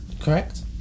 correct